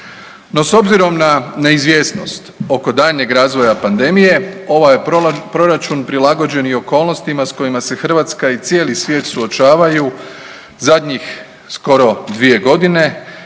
No s obzirom na neizvjesnost oko daljnjeg razvoja pandemije ovaj je proračun prilagođen i okolnostima s kojima se Hrvatska i cijeli svijet suočavaju zadnjih skoro dvije godine